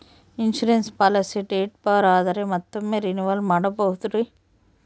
Insurance policy date ಬಾರ್ ಆದರೆ ಮತ್ತೊಮ್ಮೆ ರಿನಿವಲ್ ಮಾಡಬಹುದ್ರಿ?